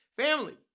family